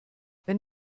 wenn